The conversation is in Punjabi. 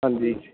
ਹਾਂਜੀ